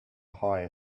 hire